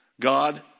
God